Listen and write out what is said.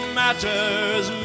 matters